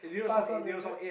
pass on is it